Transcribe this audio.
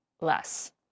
less